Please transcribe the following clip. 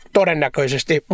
Todennäköisesti